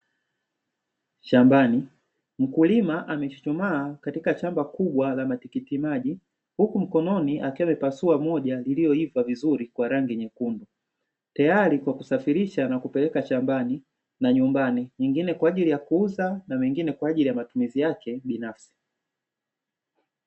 Shambani, mkulima amechuchumaa katika shamba kubwa la matikiti maji huku mkononi akiwa amepasua moja iliyoiva vizuri kwa rangi nyekundu tayari kwa kusafirisha na kupeleka shambani na nyumbani, nyingine kwa ajili ya kuuza na mengine kwa ajili ya matumizi yake binafsi.